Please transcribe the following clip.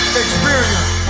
experience